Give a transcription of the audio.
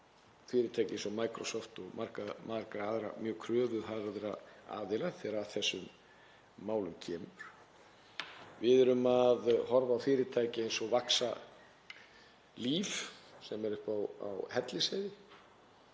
fyrirtæki eins og Microsoft og marga aðra mjög kröfuharða aðila þegar þessum málum kemur. Við erum að horfa á fyrirtæki eins og Vaxa Life sem er uppi á Hellisheiði